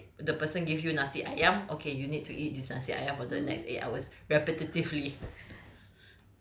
the real torture is like the person gave you nasi ayam okay you need to eat this nasi ayam for the next eight hours repetitively